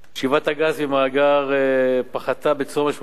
שאיבת הגז מהמאגר פחתה בצורה משמעותית